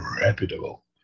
reputable